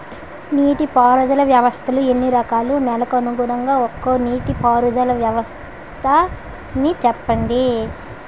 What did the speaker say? నీటి పారుదల వ్యవస్థలు ఎన్ని రకాలు? నెలకు అనుగుణంగా ఒక్కో నీటిపారుదల వ్వస్థ నీ చెప్పండి?